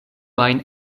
ajn